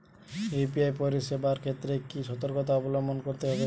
UPI পরিসেবার ক্ষেত্রে কি সতর্কতা অবলম্বন করতে হবে?